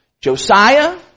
Josiah